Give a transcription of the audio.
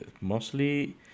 mostly